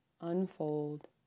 unfold